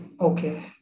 Okay